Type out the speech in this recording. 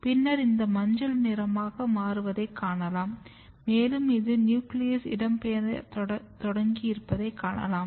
பின்னர் இது மஞ்சள் நிறமாக மாறுவதைக் காணலாம் மேலும் இது நியூக்ளியஸ் இடம்பெயரத் தொடங்கியிருப்பதைக் காணலாம்